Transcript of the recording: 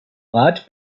rat